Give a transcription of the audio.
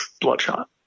Bloodshot